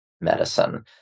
medicine